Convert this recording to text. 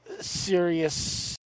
serious